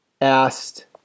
asked